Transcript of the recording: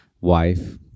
wife